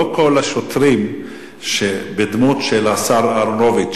לא כל השוטרים בדמות של השר אהרונוביץ.